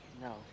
No